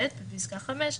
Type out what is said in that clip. ב' בפסקה 5,